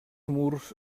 murs